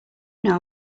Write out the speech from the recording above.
know